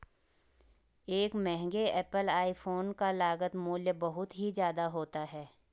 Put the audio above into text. एक महंगे Apple iPhone का लागत मूल्य बहुत ही ज्यादा होता है